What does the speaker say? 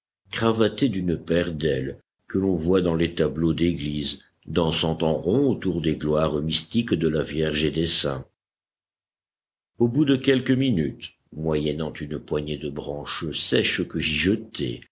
cravatées d'une paire d'ailes que l'on voit dans les tableaux d'église dansant en rond autour des gloires mystiques de la vierge et des saints au bout de quelques minutes moyennant une poignée de branches sèches que j'y jetai